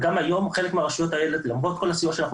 גם היום חלק מהרשויות האלה למרות כל הסיוע שאנחנו